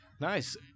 Nice